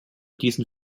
diesen